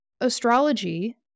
Astrology